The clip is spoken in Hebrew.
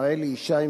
מר אלי ישי,